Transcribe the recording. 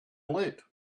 late